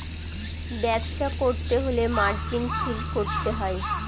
ব্যবসা করতে হলে মার্জিন ফিল করতে হয়